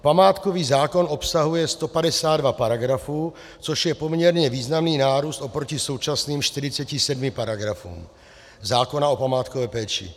Památkový zákon obsahuje 152 paragrafů, což je poměrně významný nárůst proti současným 47 paragrafům zákona o památkové péči.